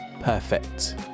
Perfect